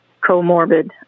comorbid